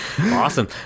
awesome